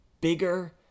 bigger